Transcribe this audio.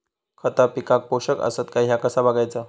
खता पिकाक पोषक आसत काय ह्या कसा बगायचा?